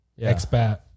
expat